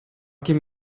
ким